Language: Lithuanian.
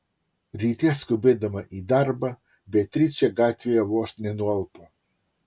ryte skubėdama į darbą beatričė gatvėje vos nenualpo